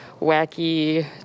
wacky